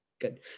good